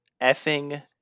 Effing